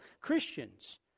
Christians